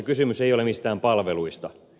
kysymys ei ole mistään palveluista